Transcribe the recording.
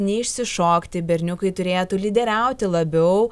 neišsišokti berniukai turėtų lyderiauti labiau